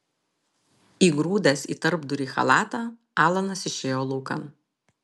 įgrūdęs į tarpdurį chalatą alanas išėjo laukan